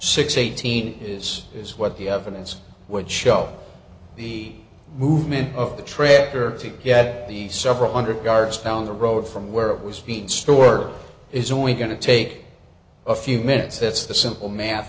six eighteen is is what the evidence would show the movement of the tractor yet the several hundred yards down the road from where it was feed store is only going to take a few minutes that's the simple math